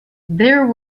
there